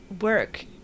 work